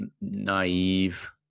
naive